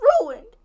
ruined